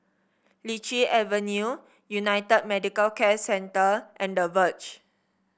Lichi Avenue United Medicare Centre and The Verge